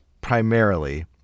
primarily